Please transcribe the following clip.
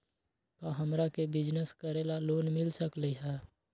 का हमरा के बिजनेस करेला लोन मिल सकलई ह?